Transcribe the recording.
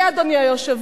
אני, אדוני היושב-ראש,